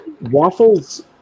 Waffles